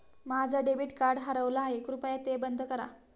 माझं debit card हरवलं आहे, कृपया ते बंद करा